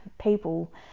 people